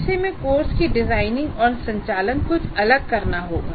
ऐसे में कोर्स की डिजाइनिंग और संचालन कुछ अलग करना होगा